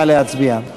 נא להצביע.